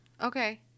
Okay